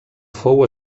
fou